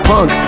Punk